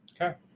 Okay